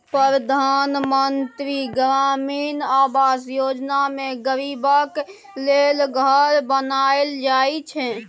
परधान मन्त्री ग्रामीण आबास योजना मे गरीबक लेल घर बनाएल जाइ छै